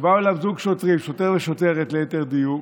ובאו אליו זוג שוטרים, שוטר ושוטרת, ליתר דיוק,